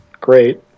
great